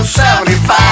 75